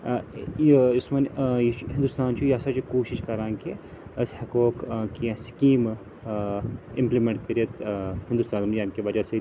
ٲں یہِ یُس وۄنۍ ٲں یہِ چھُ ہنٛدوستان چھُ یہِ ہَسا چھُ کوٗشِش کَران کہِ أسۍ ہیٚکہوکھ ٲں کیٚنٛہہ سِکیٖمہٕ ٲں اِمپٕلمیٚنٛٹ کٔرِتھ ٲں ہنٛدوستانَس منٛز ییٚمہِ کہِ وَجہ سۭتۍ